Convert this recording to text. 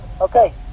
Okay